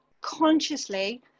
consciously